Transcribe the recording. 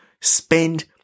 Spend